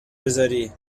بذاری